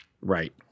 Right